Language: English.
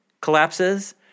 collapses